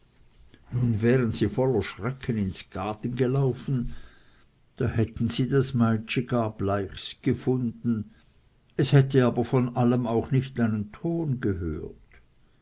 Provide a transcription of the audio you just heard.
nun wären sie voller schrecken ins gaden gelaufen da hätten sie das meitschi gar blechs gefunden es hätte aber von allem auch nicht einen ton gehört